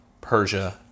Persia